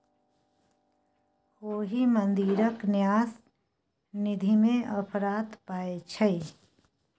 ओहि मंदिरक न्यास निधिमे अफरात पाय छै